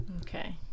okay